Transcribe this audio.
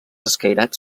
escairats